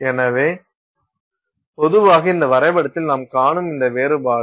எனவே பொதுவாக இந்த வரைபடத்தில் நாம் காணும் இந்த வேறுபாடு